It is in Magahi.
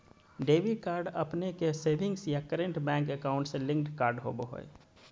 डेबिट कार्ड अपने के सेविंग्स या करंट बैंक अकाउंट से लिंक्ड कार्ड होबा हइ